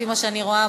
לפי מה שאני רואה,